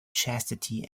chastity